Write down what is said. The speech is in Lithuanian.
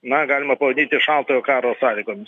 na galima pavadinti šaltojo karo sąlygomis